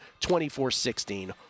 24-16